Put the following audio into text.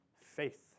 faith